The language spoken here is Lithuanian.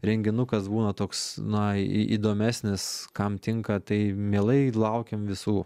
renginukas būna toks na į įdomesnis kam tinka tai mielai laukiam visų